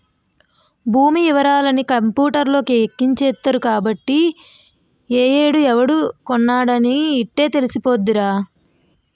భూమి యివరాలన్నీ కంపూటర్లకి ఎక్కించేత్తరు కాబట్టి ఏ ఏడు ఎవడు కొన్నాడనేది యిట్టే తెలిసిపోద్దిరా